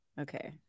Okay